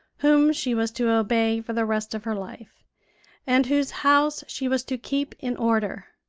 whom she was to obey for the rest of her life and whose house she was to keep in order.